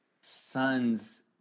sons